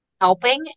helping